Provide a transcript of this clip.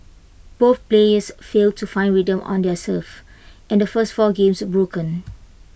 both players failed to find rhythm on their serve and the first four games were broken